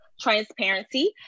transparency